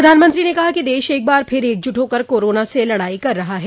प्रधानमंत्री ने कहा कि दश एक बार फिर एकजुट होकर कोरोना से लडाई कर रहा है